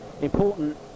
Important